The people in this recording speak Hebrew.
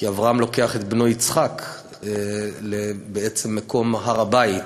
כי אברהם לוקח את בנו יצחק בעצם למקום הר-הבית.